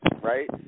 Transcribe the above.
right